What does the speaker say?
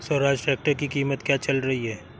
Swaraj tractor की कीमत क्या चल रही है?